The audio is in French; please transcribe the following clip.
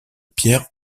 pierre